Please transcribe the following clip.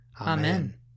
Amen